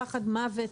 פחד מוות,